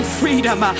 freedom